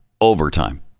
overtime